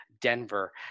Denver